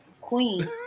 queen